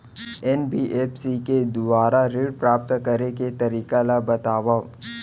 NBFC के दुवारा ऋण प्राप्त करे के तरीका ल बतावव?